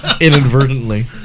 inadvertently